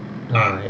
ah ya